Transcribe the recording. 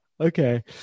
Okay